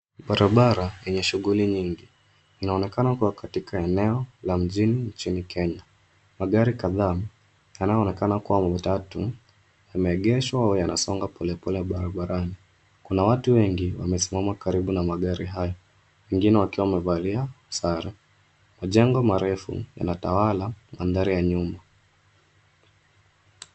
Barabara yenye shughuli nyingi inaonekana kuwa katika eneo la mjini nchini Kenya. Magari kadhaa yanayoonekana kuwa matatu yameegeshwa au yanasonga polepole barabarani. Kuna watu wengi wamesimama karibu na magari hayo wengine wakiwa wamevalia sare. Majengo marefu yanatawala mandhari ya nyuma.